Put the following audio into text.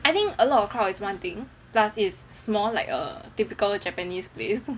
I think a lot of crowd is one thing plus it's small like a typical japanese place